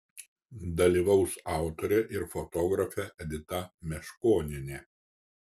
dalyvaus autorė ir fotografė edita meškonienė